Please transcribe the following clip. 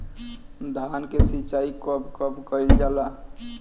धान के सिचाई कब कब कएल जाला?